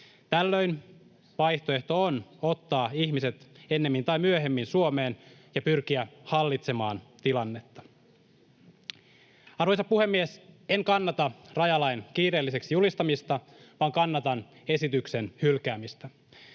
Tällöin vaihtoehto on ottaa ihmiset ennemmin tai myöhemmin Suomeen ja pyrkiä hallitsemaan tilannetta. Arvoisa puhemies! En kannata rajalain kiireelliseksi julistamista vaan kannatan esityksen hylkäämistä.